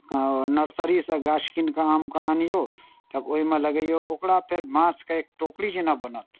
नर्सरीसँ गाछ कीनि कऽ आमके आनियौ तब ओहिमे लगैयौ ओकरा फेर बाँसके टोकरी जेना बनत